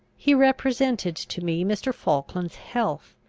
he represented to me mr. falkland's health,